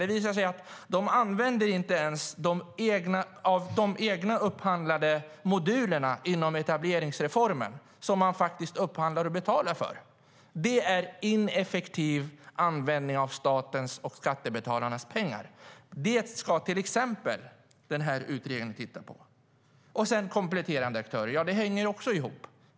Det visade sig att de inte ens använder de egna upphandlade modulerna inom etableringsreformen, som de faktiskt upphandlar och betalar för. Det är ineffektiv användning av statens och skattebetalarnas pengar. Det ska den här utredningen titta på till exempel. Sedan har vi kompletterande aktörer. Det hänger också ihop.